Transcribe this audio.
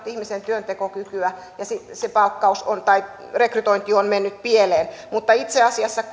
ihmisen työntekokykyä ja se palkkaus tai rekrytointi on mennyt pieleen mutta itse asiassa